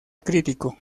crítico